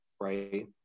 Right